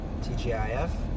TGIF